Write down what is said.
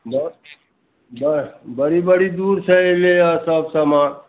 बड़ बड़ बड़ी बड़ी दूर सँ अयलैया सब समान